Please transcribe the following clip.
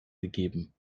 gegeben